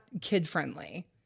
kid-friendly